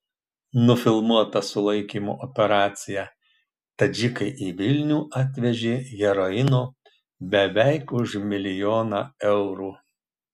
nufilmuota sulaikymo operacija tadžikai į vilnių atvežė heroino beveik už milijoną eurų